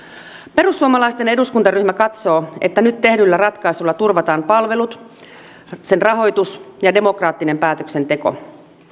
perussuomalaisten eduskuntaryhmä katsoo että nyt tehdyllä ratkaisulla turvataan palvelut sen rahoitus ja demokraattinen päätöksenteko